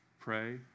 pray